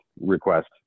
request